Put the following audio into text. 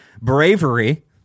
bravery